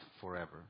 forever